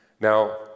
Now